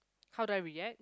how do I react